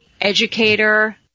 educator